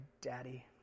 daddy